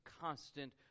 constant